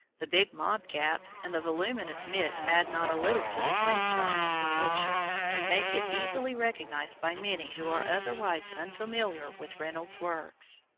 the big mob cap and the voluminous mitts add not a little to the quaint charm of the picture, and make it easily recognized by many who are otherwise unfamiliar with reynolds's works.